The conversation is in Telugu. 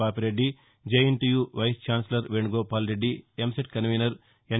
Papireddy JNTU vice chancellor Venugopal Reddy EAMCET convener N